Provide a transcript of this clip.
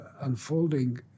unfolding